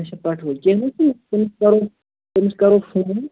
اَچھا پَٹھوٲرۍ کیٚنٛہہ چھُنہٕ تہٕ تٔمِس کرو تٔمِس کرو فون